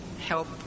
help